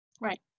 Right